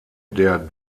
der